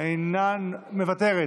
מוותרת,